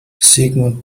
sigmund